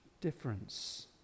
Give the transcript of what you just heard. difference